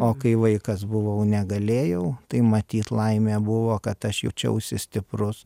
o kai vaikas buvau negalėjau tai matyt laimė buvo kad aš jaučiausi stiprus